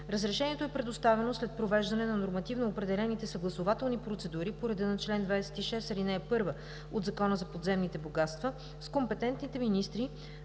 Разрешението е предоставено след провеждане на нормативно определените съгласувателни процедури по реда на чл. 26, ал. 1 от Закона за подземните богатства с компетентните министри